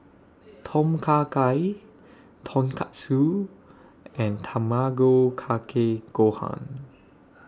Tom Kha Gai Tonkatsu and Tamago Kake Gohan